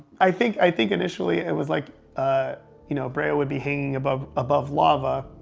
i think i think initially, it was like you know, brea would be hanging above above lava,